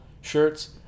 shirts